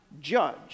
judge